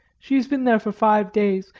she has been there for five days.